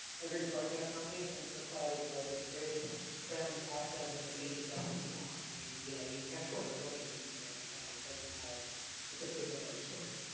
every broadcast company thinks the cloud is both its greatest brand asset and the biggest devil spawn. i mean, you know, you can't and look at it and say, oh, my god it doesn't have the complete double-edge sword.